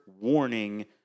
warning